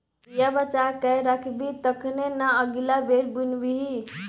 बीया बचा कए राखबिही तखने न अगिला बेर बुनबिही